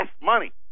money